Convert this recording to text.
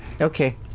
Okay